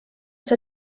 see